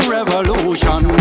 revolution